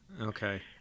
Okay